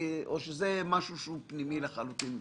או שזה משהו שהוא פנימי לחלוטין מבחינתכם?